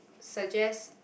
suggest